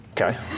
Okay